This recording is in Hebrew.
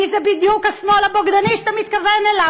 מי זה בדיוק השמאל הבוגדני שאתה מתכוון אליו,